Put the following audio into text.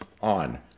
on